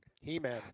He-man